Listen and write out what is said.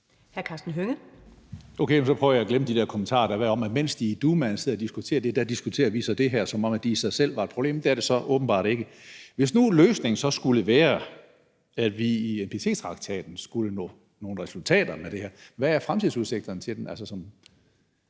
Karsten Hønge (SF): Okay, så prøver jeg at glemme de der kommentarer, der har været om, at mens de i Dumaen sidder og diskuterer det, så diskuterer vi det her, som om det i sig selv var et problem. Det er det så åbenbart ikke. Hvis nu løsningen så skulle være, at vi i NPT-traktaten skulle nå nogle resultater med det her, hvad er fremtidsudsigterne for den?